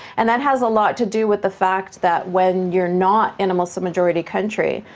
and that has a lot to do with the fact that when you're not in a muslim-majority country,